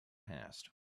passed